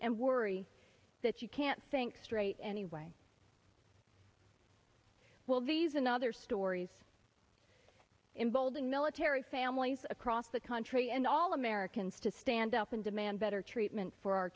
and worry that you can't think straight anyway will these and other stories involving military families across the country and all americans to stand up and demand better treatment for our